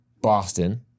Boston